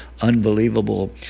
unbelievable